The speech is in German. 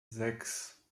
sechs